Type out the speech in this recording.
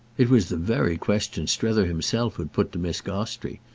it was the very question strether himself had put to miss gostrey,